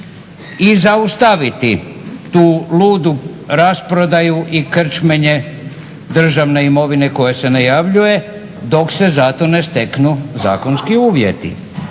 I zaustaviti tu ludu rasprodaju i krčmenje državne imovine koje se najavljuje dok se za to ne steknu zakonski uvjeti?